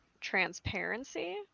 transparency